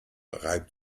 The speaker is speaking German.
reibt